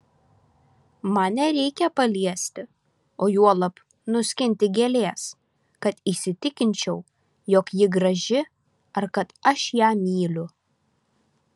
man nereikia paliesti o juolab nuskinti gėlės kad įsitikinčiau jog ji graži ar kad aš ją myliu